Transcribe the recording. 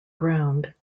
ground